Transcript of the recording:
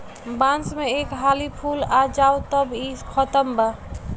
बांस में एक हाली फूल आ जाओ तब इ खतम बा